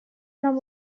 нам